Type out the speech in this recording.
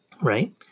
right